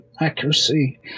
accuracy